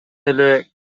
эле